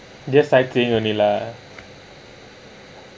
yes ride train only lah